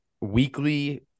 weekly